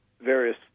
various